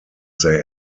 they